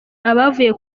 abavuye